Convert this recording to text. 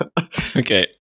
Okay